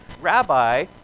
Rabbi